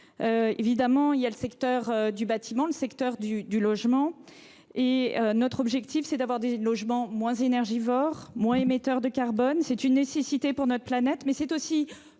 évidemment sur les secteurs du bâtiment et du logement. Notre objectif, c'est d'avoir des logements moins énergivores et moins émetteurs de carbone. C'est une nécessité pour notre planète. C'est aussi